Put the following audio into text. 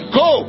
go